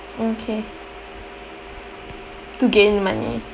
okay to gain money